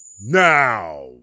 Now